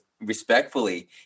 respectfully